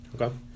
okay